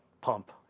pump